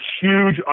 huge